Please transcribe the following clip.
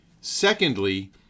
Secondly